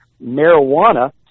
marijuana